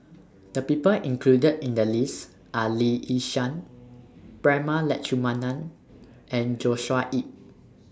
The People included in The list Are Lee Yi Shyan Prema Letchumanan and Joshua Ip